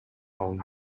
алынып